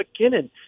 McKinnon